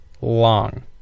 long